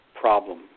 problem